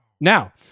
Now